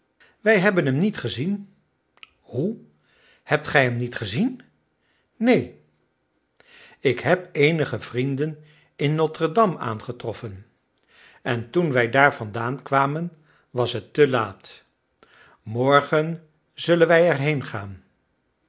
wij hebben hem niet gezien hoe hebt gij hem niet gezien neen ik heb eenige vrienden in notre-dame aangetroffen en toen wij daar vandaan kwamen was het te laat morgen zullen wij er